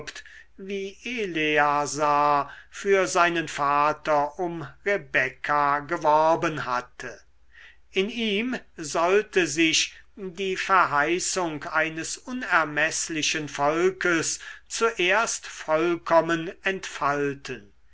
wie eleasar für seinen vater um rebekka geworben hatte in ihm sollte sich die verheißung eines unermeßlichen volkes zuerst vollkommen entfalten